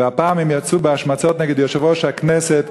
והפעם הם יצאו בהשמצות נגד יושב-ראש הכנסת